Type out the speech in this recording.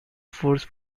force